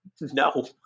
No